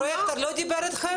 הפרויקטור לא דיבר אתכם?